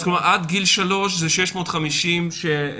זאת אומרת עד גיל 3 זה 650 שמתוקצבים.